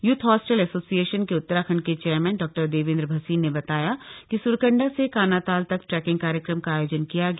youth hostel association के Uttarakhand chairman डॉ देवेन्द्र भसीन ने बताया कि स्रकंडा से कानाताल तक ट्रैकिंग कार्यक्रम का आयोजन किया गया